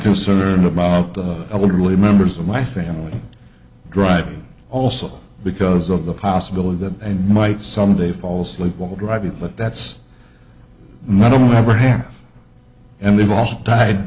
concerned about the elderly members of my family driving also because of the possibility that they might someday fall asleep while driving but that's not only ever half and they've all died